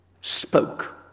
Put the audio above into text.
spoke